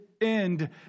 end